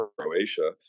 Croatia